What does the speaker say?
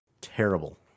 Terrible